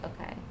Okay